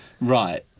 Right